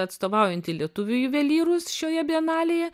atstovaujanti lietuvių juvelyrus šioje bienalėje